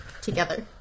Together